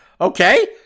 okay